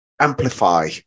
amplify